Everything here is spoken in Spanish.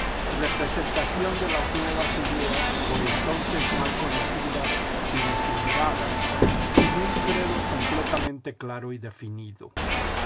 representación de las nuevas ideas por entonces mal conocidas y deslindadas sin un credo completamente claro y definido